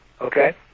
Okay